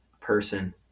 person